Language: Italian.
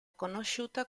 conosciuta